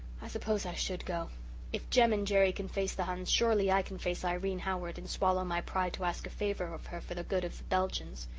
i suppose i should go if jem and jerry can face the huns surely i can face irene howard, and swallow my pride to ask a favour of her for the good of the belgians.